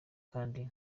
kandi